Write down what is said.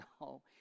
No